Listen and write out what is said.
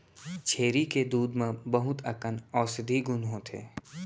छेरी के दूद म बहुत अकन औसधी गुन होथे